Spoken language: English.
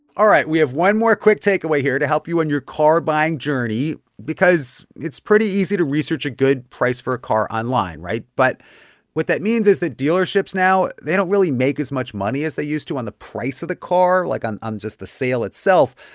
all right. we have one more quick takeaway here to help you in your car-buying journey because it's pretty easy to research a good price for a car online, right? but what that means is that dealerships now they don't really make as much money as they used to on the price of the car, like, on on just the sale itself.